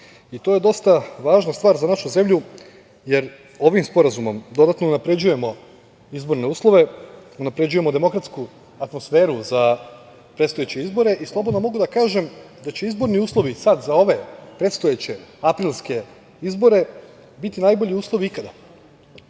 je dosta važna stvar za našu zemlju, jer ovim sporazumom dodatno unapređujemo izborne uslove, unapređujemo demokratsku atmosferu za predstojeće izbore i slobodno mogu da kažem da će izborni uslovi sad za ove predstojeće aprilske izbore biti najbolji uslovi ikada.